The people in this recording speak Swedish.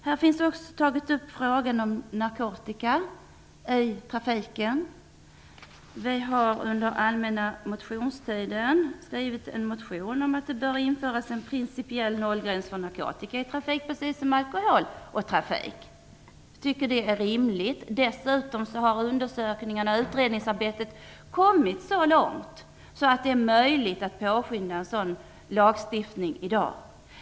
Vi har också tagit upp frågan om narkotikan i trafiken. Vi har under den allmänna motionstiden väckt en motion om att det bör införas en principiell nollgräns för narkotika i trafiken, precis som för alkohol i trafiken. Vi tycker att det är rimligt. Dessutom har undersökningarna och utredningsarbetet kommit så långt att det är möjligt att påskynda en sådan lagstiftning i dag.